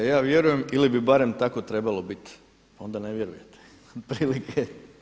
Ja vjerujem ili bi barem tako trebalo biti, onda ne vjerujete, otprilike.